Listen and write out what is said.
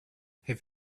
have